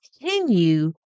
continue